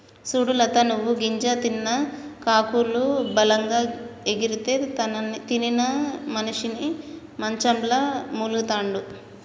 సూడు లత నువ్వు గింజ తిన్న కాకులు బలంగా ఎగిరితే తినని మనిసి మంచంల మూల్గతండాడు